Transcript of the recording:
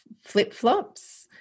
flip-flops